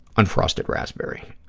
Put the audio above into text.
unfrosted raspberry.